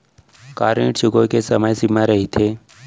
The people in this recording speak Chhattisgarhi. का ऋण चुकोय के समय सीमा रहिथे?